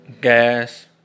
Gas